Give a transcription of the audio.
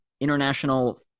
International